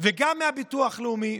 וגם מביטוח לאומי,